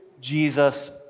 Jesus